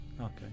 Okay